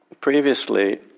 previously